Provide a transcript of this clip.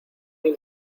hay